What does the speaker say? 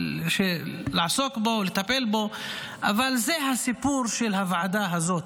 אבל זה הסיפור של הוועדה הזאת.